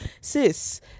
Sis